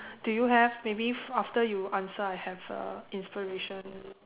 do you have maybe after you answer I have uh inspiration